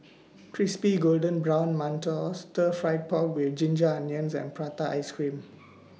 Crispy Golden Brown mantou Stir Fried Pork with Ginger Onions and Prata Ice Cream